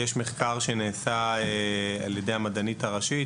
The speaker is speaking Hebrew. יש מחקר שנעשה על ידי המדענית הראשית,